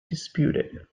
disputed